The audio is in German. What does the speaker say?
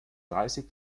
dreißig